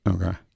Okay